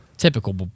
typical